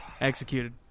Executed